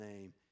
name